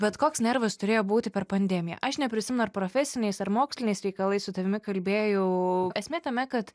bet koks nervas turėjo būti per pandemiją aš neprisimenu ar profesiniais ar moksliniais reikalais su tavimi kalbėjau esmė tame kad